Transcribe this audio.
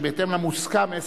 בהתאם למוסכם,